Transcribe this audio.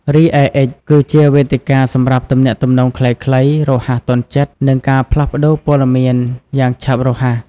រីឯ អិច គឺជាវេទិកាសម្រាប់ទំនាក់ទំនងខ្លីៗ រហ័សទាន់ចិត្ត និងការផ្លាស់ប្ដូរព័ត៌មានយ៉ាងឆាប់រហ័ស។